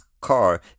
car